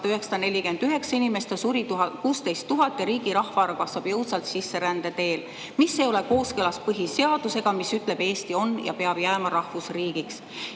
949 inimest, suri 16 000 ja riigi rahvaarv kasvab jõudsalt sisserände teel, mis ei ole kooskõlas põhiseadusega, mis ütleb, et Eesti on ja peab jääma rahvusriigiks. Kui